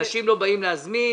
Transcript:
אנשים לא באים לשם,